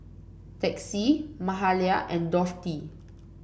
Texie Mahalia and Dorthey